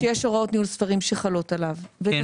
יש הוראות ניהול ספרים שחלות עליו ואת